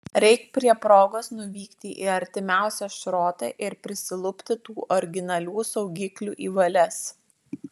reik prie progos nuvykti į artimiausią šrotą ir prisilupti tų originalių saugiklių į valias